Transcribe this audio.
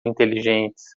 inteligentes